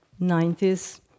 90s